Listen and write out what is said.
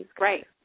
Right